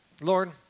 Lord